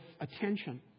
attention